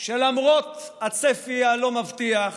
שלמרות הצפי הלא-מבטיח